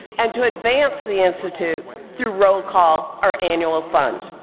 and to advance the institute through roll call, our annual fund.